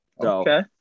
Okay